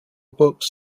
books